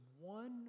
one